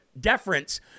deference